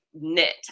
knit